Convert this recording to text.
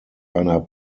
einer